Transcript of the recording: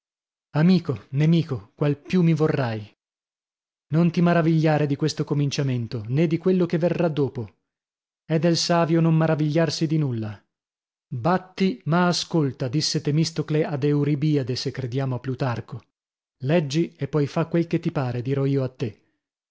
amico nemico qual più mi vorrai non ti maravigliare di questo cominciamento nè di quello che verrà dopo è del savio non maravigliarsi di nulla batti ma ascolta disse temistocle ad euribiade se crediamo a plutarco leggi e poi fa quel che ti pare dirò io a te